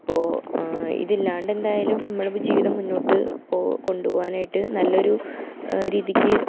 അപ്പോൾ ഇതില്ലാണ്ടെ എന്തായാലും നമ്മൾ ജീവിതം മുന്നോട്ട് പോ കൊണ്ട് പോവാനായിട്ട് നല്ലൊരു രീതിക്ക്